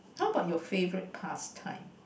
how about your favorite pastime